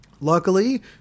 Luckily